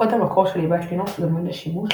קוד המקור של ליבת לינוקס זמין לשימוש,